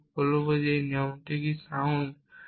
আমি কিভাবে বলবো এই নিয়মটা সাউন্ড